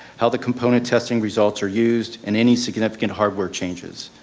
how the component testing results are used, and any significant hardware changes.